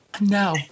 No